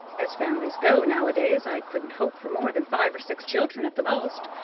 as families go nowadays, i couldn't hope for more than five or six children at the most,